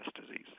disease